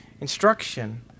instruction